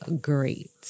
great